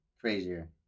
crazier